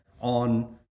on